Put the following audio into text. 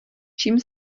čím